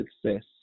success